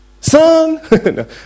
son